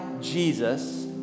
Jesus